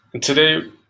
today